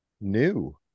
new